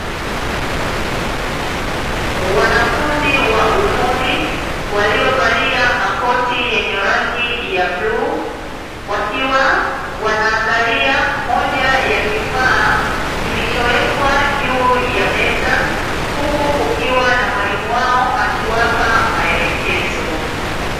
Wanafunzi wa ufundi waliovalia makoti yenye rangi ya bluu, wakiwa wanaangalia moja ya kifaa kilichowekwa juu ya meza, huku kukiwa na mwalimu wao akiwapa maelekezo.